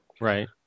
Right